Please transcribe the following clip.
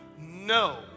no